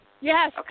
Yes